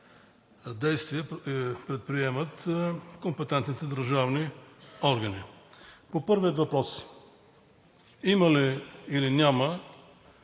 действия предприемат компетентните държавни органи. По първия въпрос: има ли, или няма